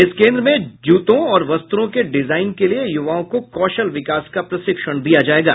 इस केन्द्र में जूता और वस्त्रों के डिजाईन के लिये यूवाओं को कौशल विकास का प्रशिक्षण दिया जायेगा